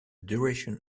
duration